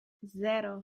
zéro